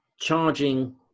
Charging